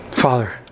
Father